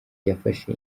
yafashe